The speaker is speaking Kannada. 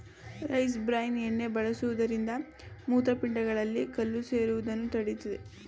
ರೈಸ್ ಬ್ರ್ಯಾನ್ ಎಣ್ಣೆ ಬಳಸುವುದರಿಂದ ಮೂತ್ರಪಿಂಡಗಳಲ್ಲಿ ಕಲ್ಲು ಸೇರುವುದನ್ನು ತಡೆಯುತ್ತದೆ